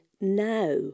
now